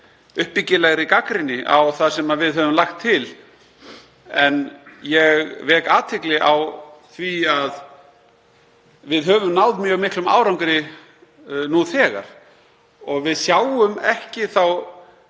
uppbyggilegri gagnrýni á það sem við höfum lagt til. En ég vek athygli á því að við höfum náð mjög miklum árangri nú þegar og við sjáum ekki þá